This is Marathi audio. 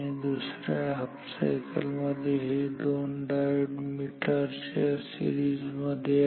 दुसऱ्या हाफ सायकल मध्ये हे दोन डायोड मीटरच्या सीरिजमध्ये आहेत